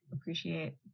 appreciate